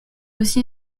aussi